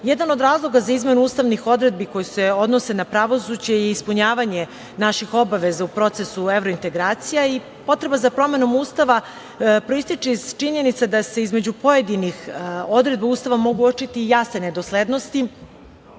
od razloga za izmenu ustavnih odredbi koje se odnose na pravosuđe i ispunjavanje naših obaveza u procesu evrointegracija, ali i potreba za promenom Ustava proističe iz činjenica da se između pojedinih odredbi Ustava mogu uočiti jasne nedoslednosti